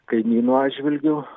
kaimynų atžvilgiu